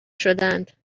شدهاند